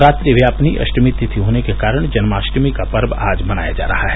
रात्रिव्यापिनी अष्टमी तिथि होने के कारण जन्माष्टमी का पर्व आज मनाया जा रहा है